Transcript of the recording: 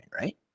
right